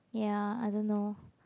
ya I don't know